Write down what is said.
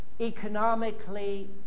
Economically